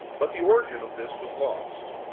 but the origin of this was lost,